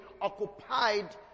occupied